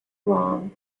long